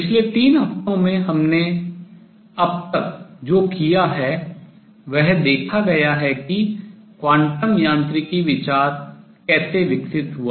पिछले तीन हफ्तों में हमने अब तक जो किया है वह देखा गया है कि क्वांटम यांत्रिकी विचार कैसे विकसित हुआ